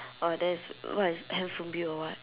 !wah! that's what is handphone bill or what